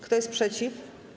Kto jest przeciw?